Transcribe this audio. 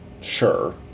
sure